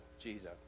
Jesus